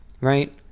right